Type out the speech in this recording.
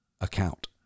account